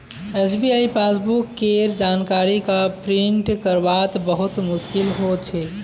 SBI passbook केर जानकारी क प्रिंट करवात बहुत मुस्कील हो छे